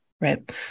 right